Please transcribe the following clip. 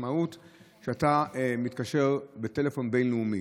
המשמעות היא שאתה מתקשר בטלפון בין-לאומי,